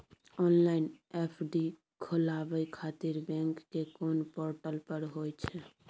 Online FD खोलाबय खातिर bank के कोन पोर्टल पर होए छै?